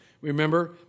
Remember